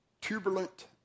turbulent